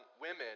women